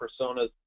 personas